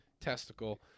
testicle